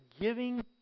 giving